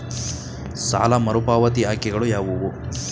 ಸಾಲ ಮರುಪಾವತಿ ಆಯ್ಕೆಗಳು ಯಾವುವು?